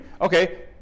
Okay